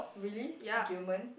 really Gillman